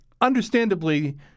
understandably